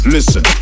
Listen